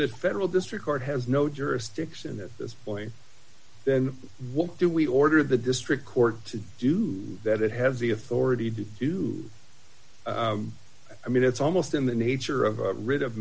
the federal district court has no jurisdiction that this point then what do we order the district court to do that it has the authority to do i mean it's almost in the nature of a writ of